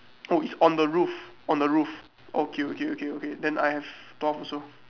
oh it's on the roof on the roof okay okay okay okay okay then I have twelve also